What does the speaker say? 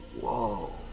whoa